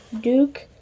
Duke